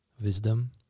wisdom